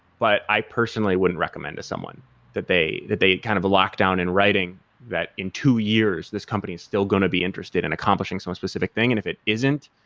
but i personally wouldn't recommend to someone that they that they kind of a lock down in writing that in two years this company still going to be interested in accomplishing on so a specific thing, and if it isn't,